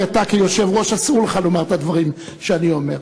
כי אתה כיושב-ראש אסור לך לומר את הדברים שאני אומר.